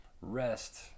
rest